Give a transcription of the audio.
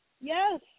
Yes